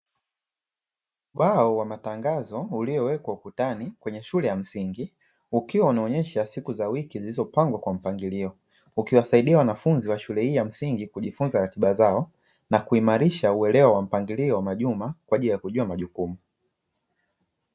Ubao wa matangazo uliowekwa ukutani kwenye shule ya msingi, ukiwa unaonyesha siku za wiki zilizopangwa kwa mpangilio, ukiwasaidia wanafunzi wa shule hii ya msingi kujifunza ratiba zao na kuimarisha uelewa wa mpangilio wa majuma kwa ajili ya kujua majukumu.